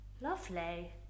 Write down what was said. Lovely